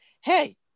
hey